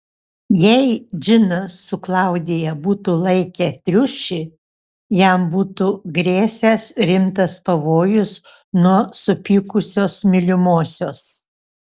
jei džinas su klaudija būtų laikę triušį jam būtų grėsęs rimtas pavojus nuo supykusios mylimosios